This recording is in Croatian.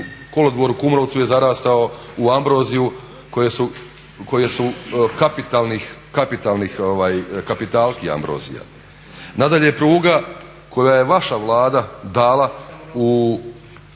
Kolodvor u Kumrovcu je zarastao u ambroziju koje su kapitalki ambrozija. Nadalje, pruga koju je vaša Vlada dala da